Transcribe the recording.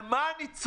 על מה אני צועק?